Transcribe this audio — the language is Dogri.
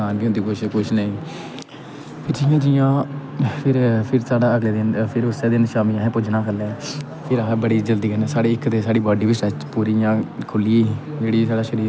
जियां जियां फिर साढ़ा अगले दिन फिर उसै दिन शामीं आसें पुजना हा खल्लै फिर आसें बड़ी जलदी कन्नै इक साढ़ी बी पूरी इ'यां सटरैच पूरी इयां खुल्ली गेई इ'यां शरीर हा खुल्लिया दूआ साह्नू